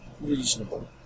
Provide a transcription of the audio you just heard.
reasonable